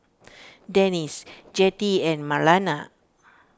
Denisse Jettie and Marlana